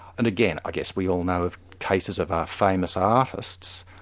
and again, i guess we all know of cases of famous artists,